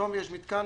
פתאום יש מתקן